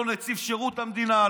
לא את נציב שירות המדינה,